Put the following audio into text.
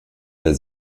der